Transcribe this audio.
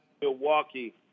Milwaukee